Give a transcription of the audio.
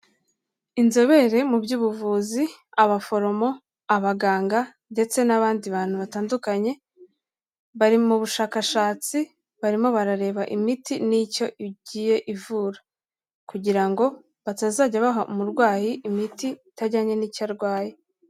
Inzobere mu by'ubuvuzi, abaforomo, abaganga ndetse n'abandi bantu batandukanye, bari mu bushakashatsi, barimo barareba imiti n'icyo igiye ivura kugira ngo batazajya baha umurwayi imiti itajyanye n'icyo arwaye.